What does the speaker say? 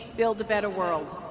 build a better world.